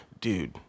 dude